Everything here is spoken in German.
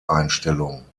einstellung